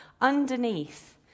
underneath